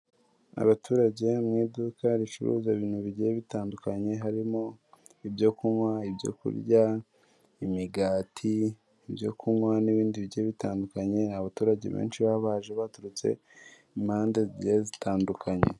Abaturage mu iduka ricuruza ibintu bigiye bitandukanye harimo ibyo kunywa, ibyo kurya, imigati, ibyo kunywa n'ibindi bi bye bitandukanye, ni abaturage benshi baba baje baturutse impande zigiye zitandukanye.